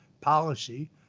policy—